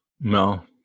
no